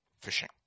fishing